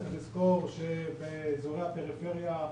צריך לזכור שבאזורי הפריפריה,